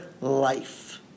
life